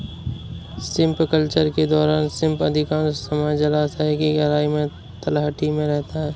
shrimp culture के दौरान shrimp अधिकांश समय जलायश की गहराई में तलहटी में रहता है